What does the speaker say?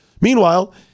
Meanwhile